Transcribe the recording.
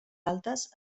altes